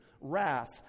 wrath